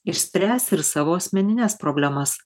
išspręs ir savo asmenines problemas